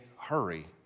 hurry